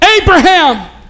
Abraham